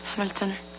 Hamilton